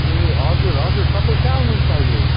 ए हजुर हजुर तपाईँ कहाँ हुनुहुन्छ अहिले